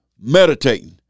meditating